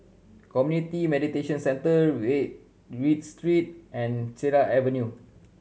Community Mediation Centre Read Street and Cedar Avenue